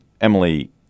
Emily